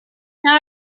now